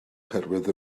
oherwydd